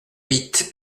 huit